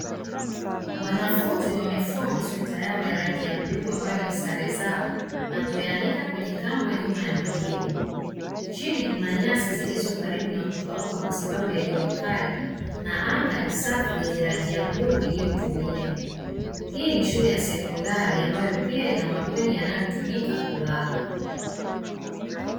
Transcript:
Wanafunzi wamefua masweta yao ya rangi ya bluu ambayo ni sare zao na kuyaanika kwenye kamba nyuma ya majengo, chini kuna nyasi zilizo karibu na kukauka kwa sababu ya jua kali na anga ni safi lenye rangi ya bluu iliyotulia. Hii ni shule ya sekondari ambayo pia ina mabweni yanayotumika kulala.